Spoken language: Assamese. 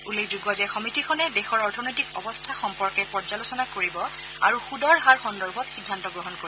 উল্লেখযোগ্য যে সমিতিখনে দেশৰ অৰ্থনৈতিক অৱস্থা সম্পৰ্কে পৰ্যালোচনা কৰিব আৰু সুদৰ হাৰ সন্দৰ্ভত সিদ্ধান্ত গ্ৰহণ কৰিব